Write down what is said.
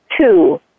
two